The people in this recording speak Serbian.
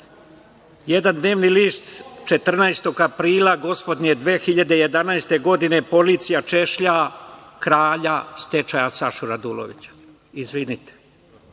dnevni list 14. aprile gospodnje 2011. godine - policija češlja kralja stečaja Sašu Radulovića. Izvinite.